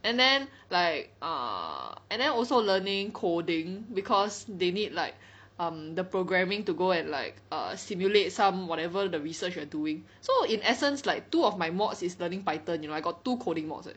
and then like err and then also learning coding cause they need like um the programming to go and like err simulate some whatever the research you are doing so in essence like two of my mods is learning Python you know I got two coding mods eh